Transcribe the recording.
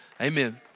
Amen